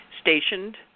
stationed